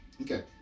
Okay